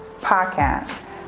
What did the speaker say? podcast